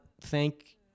thank